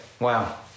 Wow